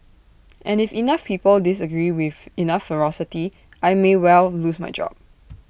and if enough people disagree with enough ferocity I may well lose my job